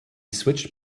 switched